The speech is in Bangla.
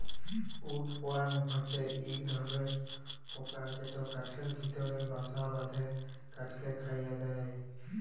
উড ওয়ার্ম হছে ইক ধরলর পকা যেট কাঠের ভিতরে বাসা বাঁধে কাঠকে খয়ায় দেই